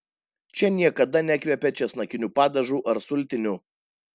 čia niekada nekvepia česnakiniu padažu ar sultiniu